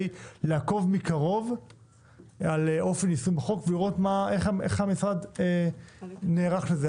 לעקוב מקרוב אחר יישום החוק ולראות איך המשרד נערך לזה.